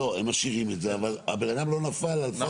לא, הם משאירים את זה, אבל בן אדם לא נפל טכנית.